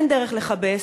אין דרך לכבס,